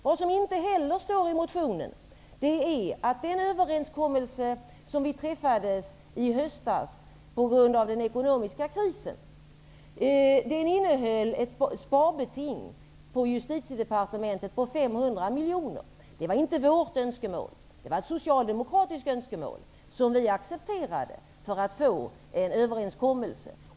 Vad som inte heller står i motionen är att den överenskommelse som träffades i höstas på grund av den ekonomiska krisen innehöll ett sparbeting för Justitiedepartementet på 500 miljoner kronor. Det var inte regeringens önskemål. Det var ett socialdemokratiskt önskemål som vi accepterade för att få en överenskommelse.